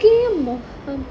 அழகான முகம்:alakaana mugam